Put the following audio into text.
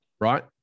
right